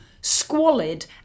squalid